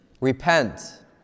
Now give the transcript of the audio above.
Repent